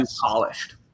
polished